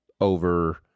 over